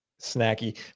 snacky